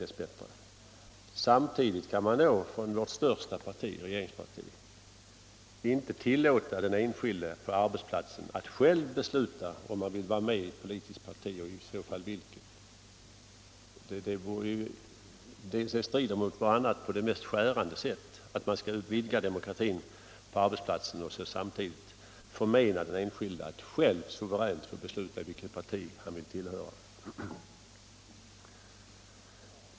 Men samtidigt kan vårt största parti, regeringspartiet, inte tillåta den enskilde på arbetsplatsen att själv besluta om han vill vara med i ett politiskt parti och i så fall vilket. Att man nu utvidgar demokratin på arbetsplatsen och samtidigt förmenar den enskilde att själv suveränt besluta vilket parti han skall tillhöra strider mot vartannat på det mest skärande sätt.